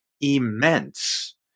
immense